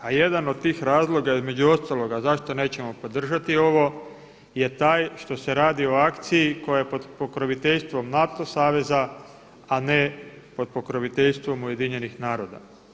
A jedan od tih razloga između ostaloga zašto nećemo podržati ovo je taj što se radi o akciji koja je pod pokroviteljstvom NATO saveza a ne pod pokroviteljstvom Ujedinjenih naroda.